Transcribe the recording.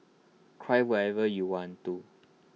cry whenever you want to